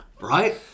Right